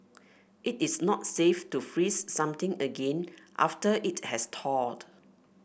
it is not safe to freeze something again after it has thawed